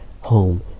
Home